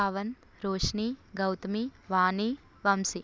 Pawan Roshini Gautami Vani Vamsi